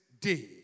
day